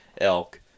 elk